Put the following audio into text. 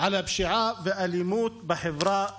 על הפשיעה והאלימות בחברה הערבית,